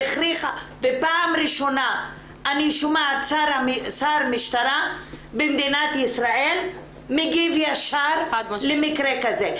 ופעם ראשונה אני שומעת שר משטרה במדינת ישראל מגיב ישר למקרה כזה.